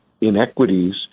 inequities